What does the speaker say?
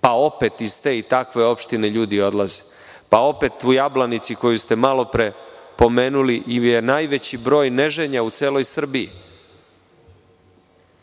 pa opet iz te i takve opštine ljudi odlaze, pa opet u Jablanici koju ste malopre pomenuli u je najveći broj neženja u Srbiji,